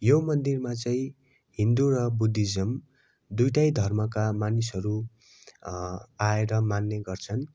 यो मन्दिरमा चाहिँ हिन्दू र बुद्धिजम् दुइवटै धर्मका मानिसहरू आएर मान्ने गर्छन्